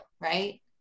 right